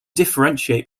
differentiate